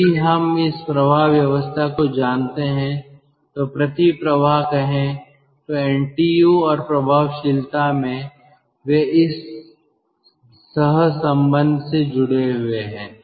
यदि हम इस प्रवाह व्यवस्था को जानते हैं तो प्रति प्रवाह कहें तो NTU और प्रभावशीलता में वे इस सह संबंध से जुड़े हुए हैं